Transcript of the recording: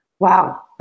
Wow